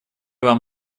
вам